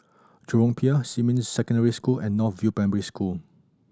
Jurong Pier Xinmin Secondary School and North View Primary School